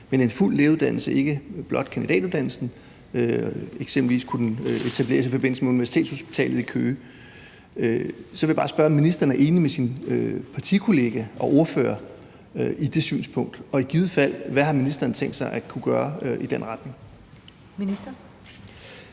men en fuld lægeuddannelse, ikke blot en kandidatuddannelsen, og den kunne eventuelt etableres i forbindelse med universitetshospitalet i Køge. Så vil jeg bare spørge, om ministeren er enig med sin partikollega og ordfører i det synspunkt. Og i givet fald: Hvad har ministeren tænkt sig at gøre i den retning? Kl.